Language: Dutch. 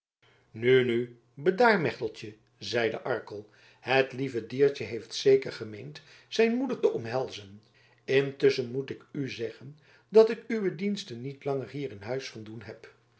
nu nu bedaar mechteltje zeide arkel het lieve diertje heeft zeker gemeend zijn moeder te omhelzen intusschen moet ik u zeggen dat ik uwe diensten niet langer hier in huis van doen heb